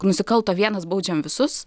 nusikalto vienas baudžiam visus